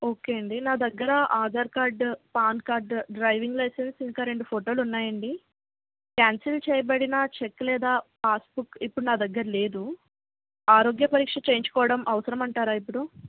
okay అండి నా దగ్గర Aadhaar card PAN card driving license ఇంకా రెండు ఫోటోలు ఉన్నాయండి క్యాన్సెల్ చెయ్యబడిన చెక్ లేదా పాస్బుక్ ఇప్పుడు నా దగ్గర లేదు ఆరోగ్య పరీక్ష చెయ్యించుకోవడం అవసరమంటారా ఇప్పుడు